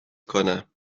کنم